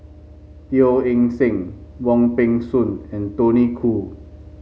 Teo Eng Seng Wong Peng Soon and Tony Khoo